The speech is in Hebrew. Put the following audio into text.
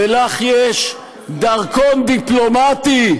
ולך יש דרכון דיפלומטי,